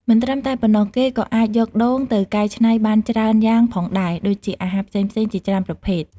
មិនត្រឹមតែប៉ុណ្ណោះ គេក៏អាចយកដូងទៅកែច្នៃបានច្រើនយ៉ាងផងដែរ ដូចជាអាហារផ្សេងៗជាច្រើនប្រភេទ។